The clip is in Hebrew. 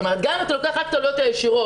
גם אם אתה לוקח רק את העלויות הישירות,